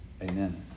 Amen